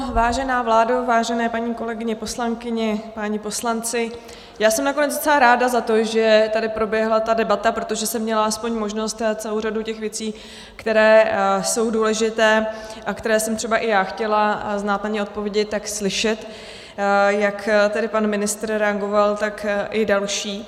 Vážená vládo, vážené paní kolegyně poslankyně, páni poslanci, já jsem nakonec docela ráda za to, že tady proběhla ta debata, protože jsem měla aspoň možnost celou řadu těch věcí, které jsou důležité a na které jsem třeba i já chtěla znát odpovědi, tak slyšet, jak tady pan ministr reagoval, tak i další.